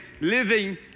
living